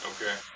Okay